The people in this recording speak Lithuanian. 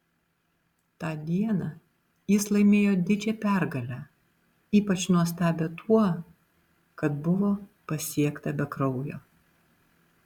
tą dieną jis laimėjo didžią pergalę ypač nuostabią tuo kad buvo pasiekta be kraujo